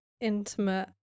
intimate